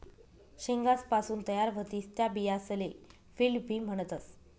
शेंगासपासून तयार व्हतीस त्या बियासले फील्ड बी म्हणतस